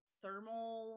thermal